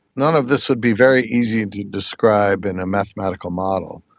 none of this would be very easy to describe in a mathematical model.